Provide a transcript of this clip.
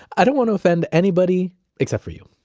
i don't want to offend anybody except for you